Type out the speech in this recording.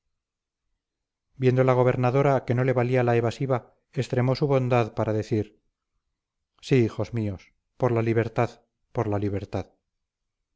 viendo la gobernadora que no le valía la evasiva extremó su bondad para decir sí hijos míos por la libertad por la libertad